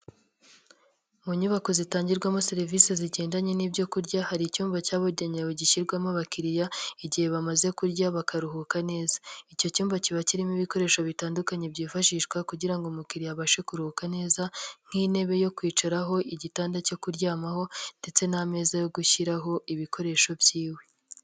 Mu nyubako zitangirwamo serivisi zigendanye n'ibyo kurya hari icyumba cyabugenewe gishyirwamo abakiriya igihe bamaze kurya bakaruhuka neza. Icyo cyumba kiba kirimo ibikoresho bitandukanye byifashishwa kugira ngo umukiriya abashe kuruhuka neza, nk'intebe yo kwicaraho, igitanda cyo kuryamaho, ndetse n'ameza yo gushyiraho ibikoresho by'iwe.